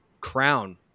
crown